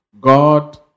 God